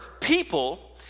people